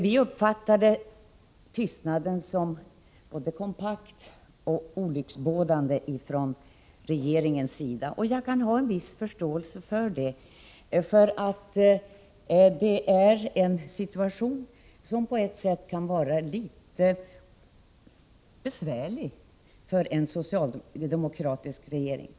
Vi uppfattade tystnaden från regeringens sida som både kompakt och olycksbådande. Jag har en viss förståelse för den — det var en situation som kan vara litet besvärlig för en socialdemokratisk regering.